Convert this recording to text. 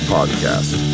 Podcast